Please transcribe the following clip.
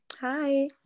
Hi